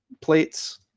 plates